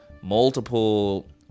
multiple